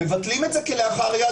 מבטלים את זה כלאחר יד.